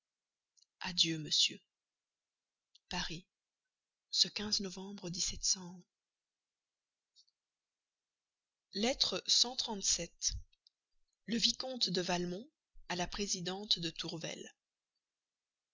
adieu monsieur paris ce novembre lettre le vicomte de valmont à la présidente tourvel